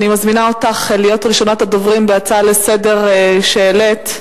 אני מזמינה אותך להיות ראשונת הדוברים בהצעה לסדר-היום שהעלית.